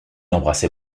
embrassez